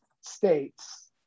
states